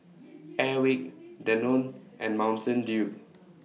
Airwick Danone and Mountain Dew